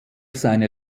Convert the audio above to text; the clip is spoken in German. seine